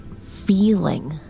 feeling